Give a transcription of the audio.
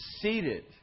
seated